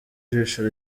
ijisho